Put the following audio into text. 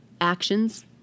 actions